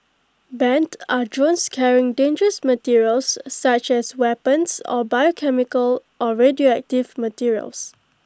banned are drones carrying dangerous materials such as weapons or biochemical or radioactive materials